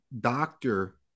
doctor